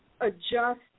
adjust